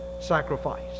sacrifice